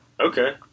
Okay